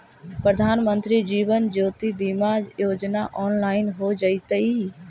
प्रधानमंत्री जीवन ज्योति बीमा योजना ऑनलाइन हो जइतइ